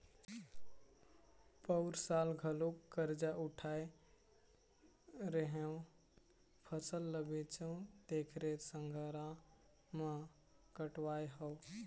पउर साल घलोक करजा उठाय रेहेंव, फसल ल बेचेंव तेखरे संघरा म कटवाय हँव